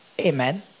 amen